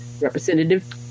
Representative